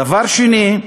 דבר שני,